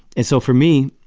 and so for me,